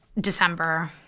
December